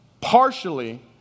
Partially